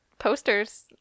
Posters